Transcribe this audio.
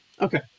Okay